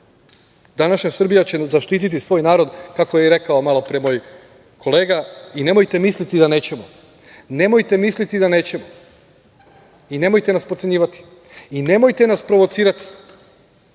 Današnja Srbija će zaštiti svoj narod, kako je i rekao malopre moj kolega. Nemojte misliti da nećemo, nemojte misliti da nećemo i nemojte nas podcenjivati. Nemojte nas provocirati,